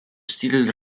stil